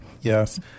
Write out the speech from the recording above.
Yes